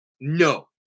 No